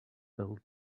build